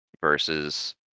versus